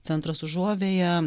centras užuovėja